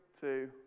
two